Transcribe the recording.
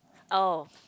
oh